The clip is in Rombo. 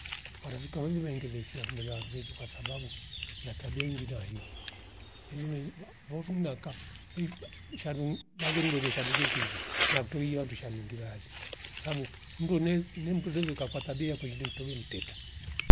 Marafiki waili vengerisia kumbe lairiwechu kwasabu ya tabia ingidi nayu iri meyu vavuvo naka vifa sharum bazi mngolia sharunge shishi na mtwehia wandusha ngilali sabu mndu ne- nemtu tuliluka kwa tabia wekilulu tovi mteta